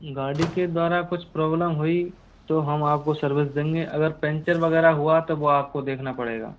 गाड़ी के द्वारा कुछ प्रॉब्लम हुई तो हम आपको सर्विस देंगे अगर पेंक्चर वगैरह हुआ तब वो आपको देखना पड़ेगा